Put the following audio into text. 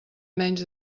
menys